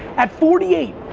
at forty eight,